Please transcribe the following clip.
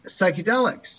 psychedelics